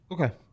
Okay